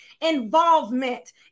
involvement